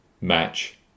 match